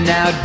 Now